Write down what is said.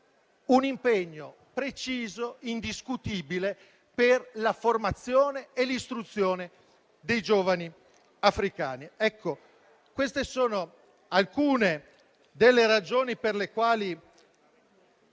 un impegno preciso e indiscutibile per la formazione e l'istruzione dei giovani africani. Ecco, queste sono alcune delle ragioni per le quali